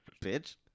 Bitch